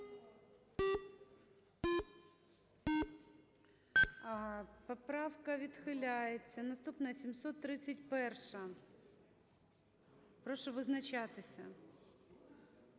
Поправка відхиляється. 747. Прошу визначатися.